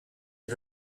you